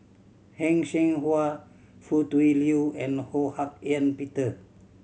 Heng Cheng Hwa Foo Tui Liew and Ho Hak Ean Peter